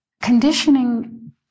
Conditioning